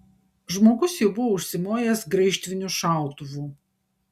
žmogus jau buvo užsimojęs graižtviniu šautuvu